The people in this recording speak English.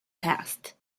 past